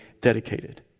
dedicated